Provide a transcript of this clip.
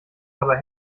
aber